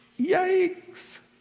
yikes